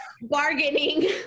Bargaining